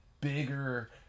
bigger –